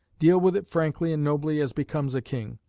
deal with it frankly and nobly as becomes a king,